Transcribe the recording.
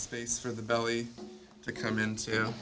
space for the belly to come into